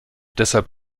deshalb